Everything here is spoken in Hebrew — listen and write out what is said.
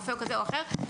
רופא כזה או אחר,